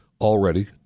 already